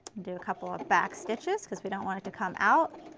do a couple of back stitches because we don't want it to come out.